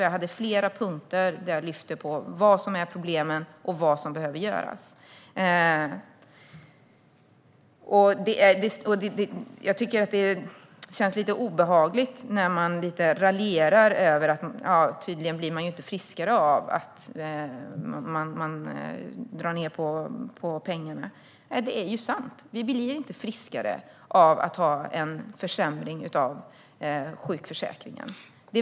Jag hade flera punkter där jag lyfte fram vad som är problemen och vad som behöver göras. Det känns obehagligt att Solveig Zander raljerar över att man inte blir friskare av att pengarna dras in. Det är ju sant. Vi blir inte friskare av en försämring av sjukförsäkringen.